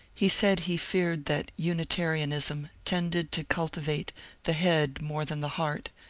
he said he feared that unitarianism tended to cultivate the head more than the heart,